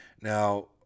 Now